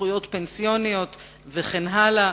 זכויות פנסיוניות וכן הלאה.